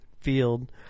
field